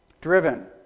driven